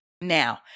Now